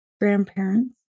grandparents